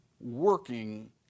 working